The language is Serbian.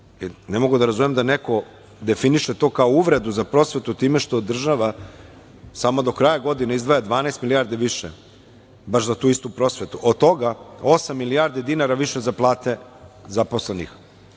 ne mogu da razumem da neko definiše to kao uvredu za prosvetu, time što održava samo do kraja godine izdvaja 12 milijardi više baš za tu istu prosvetu od toga osam milijardi dinara više za plate zaposlenih